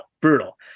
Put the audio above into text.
brutal